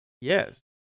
Yes